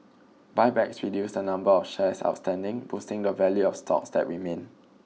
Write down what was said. buybacks reduce the number of shares outstanding boosting the value of stocks that remain